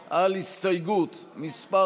על הסתייגות מס'